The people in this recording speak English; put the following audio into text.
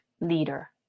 leader